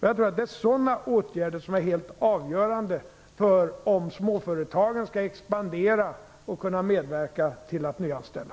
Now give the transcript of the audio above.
Jag tror att det är åtgärder mot detta som är helt avgörande för om småföretagaren skall kunna expandera och medverka till att nyanställa.